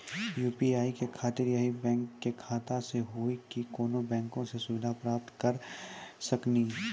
UPI के खातिर यही बैंक के खाता से हुई की कोनो बैंक से सुविधा प्राप्त करऽ सकनी?